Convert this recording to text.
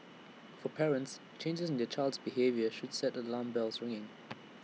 for parents changes in their child's behaviour should set the alarm bells ringing